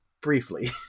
briefly